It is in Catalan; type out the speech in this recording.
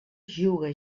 juga